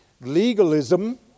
legalism